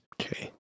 okay